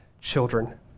children